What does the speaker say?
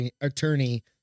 Attorney